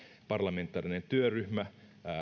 parlamentaarinen työryhmä